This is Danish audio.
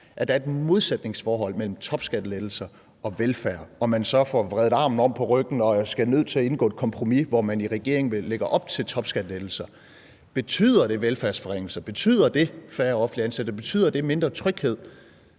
der er et modsætningsforhold mellem topskattelettelser og velfærd, og man så får vredet armen om på ryggen og er nødt til at skulle indgå et kompromis, hvor man i regeringen lægger op til topskattelettelser. Betyder det velfærdsforringelser? Betyder det færre offentligt ansatte? Betyder det mindre tryghed?